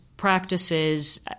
practices